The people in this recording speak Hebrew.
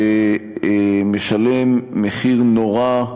ומשלם מחיר נורא,